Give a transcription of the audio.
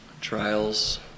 trials